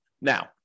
Now